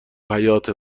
حیاط